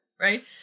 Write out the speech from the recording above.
Right